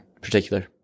particular